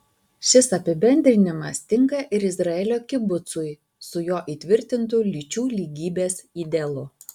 šis apibendrinimas tinka ir izraelio kibucui su jo įtvirtintu lyčių lygybės idealu